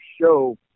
show